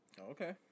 Okay